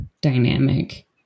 dynamic